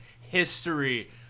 history